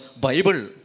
Bible